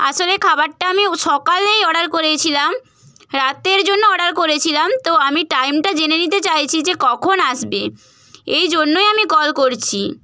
আসলে খাবারটা আমি উ সকালেই অর্ডার করেছিলাম রাতের জন্য অর্ডার করেছিলাম তো আমি টাইমটা জেনে নিতে চাইছি যে কখন আসবে এই জন্যই আমি কল করছি